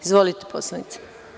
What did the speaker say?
Izvolite, poslanice.